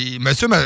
monsieur